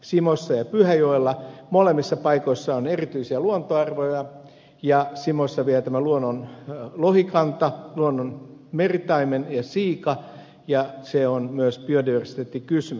simossa ja pyhäjoella molemmissa paikoissa on erityisiä luontoarvoja ja simossa vielä tämän luonnon lohikanta luonnon meritaimen ja siika ja se on myös biodiversiteettikysymys